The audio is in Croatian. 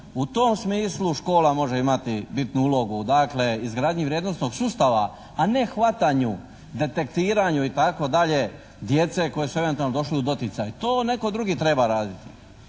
U tom smislu škola može imati bitnu ulogu, izgradnji vrijednosnog sustava a ne hvatanju, detektiranju itd., djece koja su eventualno došli u doticaj. To netko drugi treba raditi.